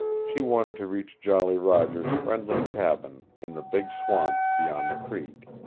she wanted to reach jolly roger's friendly cabin, in the big swamp beyond the creek.